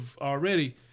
already